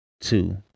two